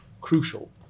crucial